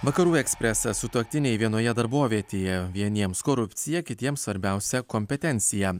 vakarų ekspresas sutuoktiniai vienoje darbovietėje vieniems korupcija kitiems svarbiausia kompetencija